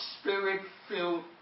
Spirit-filled